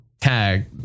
tag